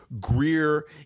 Greer